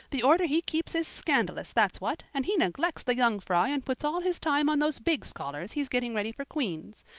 the order he keeps is scandalous, that's what, and he neglects the young fry and puts all his time on those big scholars he's getting ready for queen's.